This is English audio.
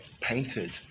painted